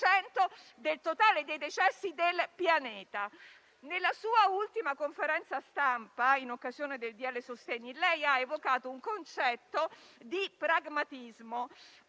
del totale dei decessi del pianeta. Nella sua ultima conferenza stampa, in occasione del decreto-legge sostegni, ha evocato un concetto ispirato